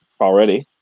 already